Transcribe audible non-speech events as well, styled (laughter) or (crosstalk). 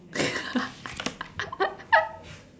(laughs)